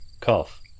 Cough